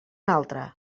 altre